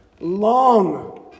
Long